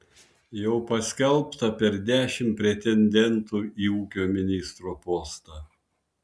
jau paskelbta per dešimt pretendentų į ūkio ministro postą